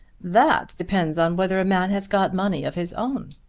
that depends on whether a man has got money of his own.